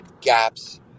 gaps